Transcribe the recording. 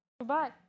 Goodbye